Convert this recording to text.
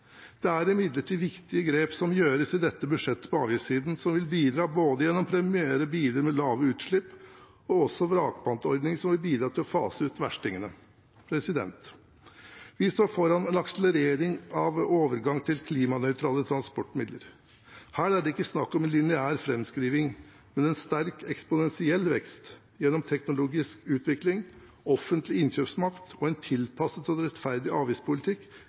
Det er imidlertid viktige grep som gjøres i dette budsjettet på avgiftssiden, som vil bidra både gjennom å premiere biler med lave utslipp og ved vrakpantordningen, som vil bidra til å fase ut verstingene. Vi står foran en akselerering av overgang til klimanøytrale transportmidler. Her er det ikke snakk om en lineær framskriving, men en sterk eksponentiell vekst. Gjennom teknologisk utvikling, offentlig innkjøpsmakt og en tilpasset og rettferdig avgiftspolitikk